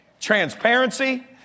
Transparency